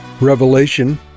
Revelation